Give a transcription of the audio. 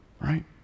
right